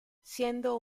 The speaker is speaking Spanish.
siendo